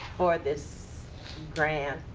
for this grant?